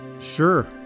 Sure